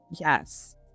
yes